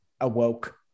awoke